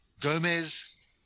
Gomez